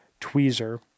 tweezer